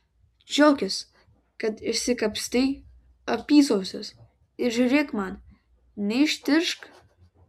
džiaukis kad išsikapstei apysausis ir žiūrėk man neištižk